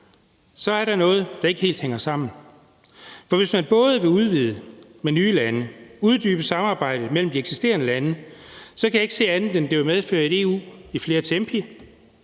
er der noget, der ikke helt hænger sammen. For hvis man både vil udvide med nye lande og uddybe samarbejdet mellem de eksisterende lande, kan jeg ikke se andet, end at det vil medføre et EU i flere tempi.